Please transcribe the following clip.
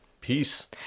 peace